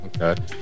okay